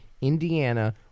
Indiana